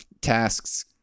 tasks